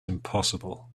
impossible